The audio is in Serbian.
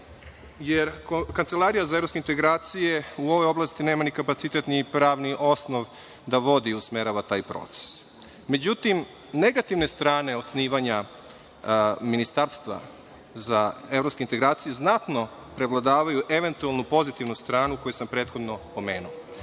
jer Kancelarija za evropske integracije u ovoj oblasti nema ni kapacitet ni pravni osnov da vodi i usmerava taj proces.Međutim, negativne strane osnivanja ministarstva za evropske integracije znatno preovladavaju eventualnu pozitivnu stranu koju sam prethodno pomenuo.